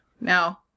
Now